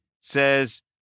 says